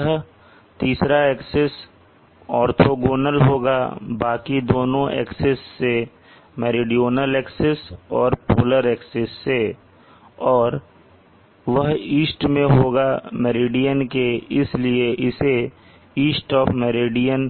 यह तीसरा axis orthogonal होगा बाकी दोनों एक्सिस से मेरीडोनल एक्सिस और पोलर एक्सिस से और वह ईस्ट में होगा मेरिडियन के इसलिए इसे ईस्ट ऑफ मेरिडियन